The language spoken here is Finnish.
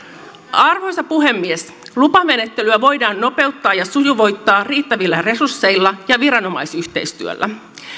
arvoisa puhemies lupamenettelyä voidaan nopeuttaa ja sujuvoittaa riittävillä resursseilla ja viranomaisyhteistyöllä